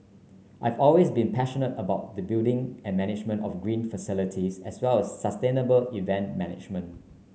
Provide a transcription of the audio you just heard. I've always been passionate about the building and management of green facilities as well as sustainable event management